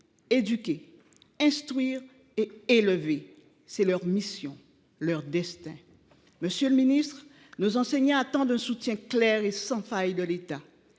éduquer, instruire et élever : c’est leur mission et leur destin. Monsieur le ministre, nos enseignants attendent un soutien clair et sans faille de l’État.